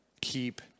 keep